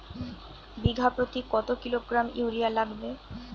বিঘাপ্রতি কত kilogram urea লাগবে?